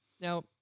Now